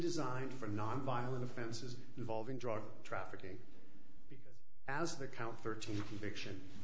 designed for nonviolent offenses involving drug trafficking as the count thirteen conviction